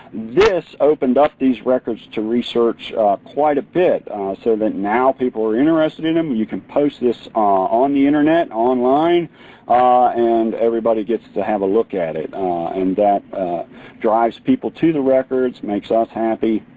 this opened up these records to research quite a bit so that now people are interested in them. you can post this on the internet, online and everybody gets to have a look at it and that drives people to the records, makes us happy